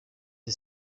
the